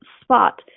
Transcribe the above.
spot